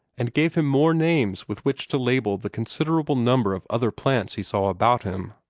and gave him more names with which to label the considerable number of other plants he saw about him.